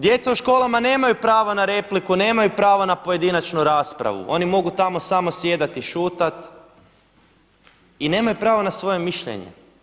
Djeca u školama nemaju prava na repliku, nemaju prava na pojedinačnu raspravu oni mogu tamo samo sjedati i šutati i nemaju pravo na svoje mišljenje.